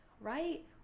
right